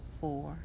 four